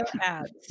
ads